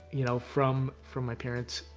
you know, from from my parents.